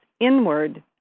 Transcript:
inward